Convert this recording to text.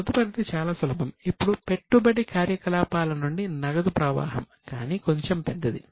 తదుపరిది చాలా సులభం ఇప్పుడు పెట్టుబడి కార్యకలాపాల నుండి నగదు ప్రవాహం కానీ కొంచెం పెద్దది